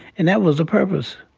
and that was the purpose.